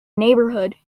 neighborhood